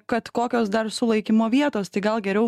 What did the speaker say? kad kokios dar sulaikymo vietos tai gal geriau